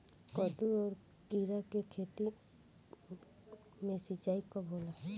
कदु और किरा के खेती में सिंचाई कब होला?